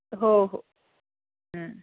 हो हो